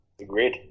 Agreed